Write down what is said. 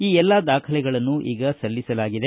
ಈ ಎಲ್ಲಾ ದಾಖಲೆಗಳನ್ನು ಈಗ ಸಲ್ಲಿಸಲಾಗಿದೆ